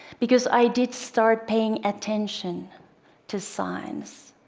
because i did start paying attention to signs.